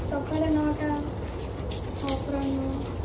ସଖାଲ ନଅଟା ଅପରାହ୍ନ